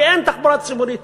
כי אין תחבורה ציבורית.